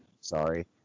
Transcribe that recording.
Sorry